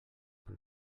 per